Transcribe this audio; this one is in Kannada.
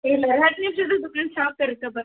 ಇಲ್ಲ ಹತ್ತು ನಿಮ್ಷದಾಗ ದುಖಾನ್ ಶಾಪ್ ಇರುತ್ತೆ ಬರ್ರೀ